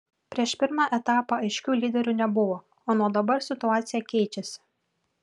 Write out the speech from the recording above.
prieš pirmą etapą aiškių lyderių nebuvo o nuo dabar situacija keičiasi